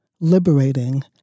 liberating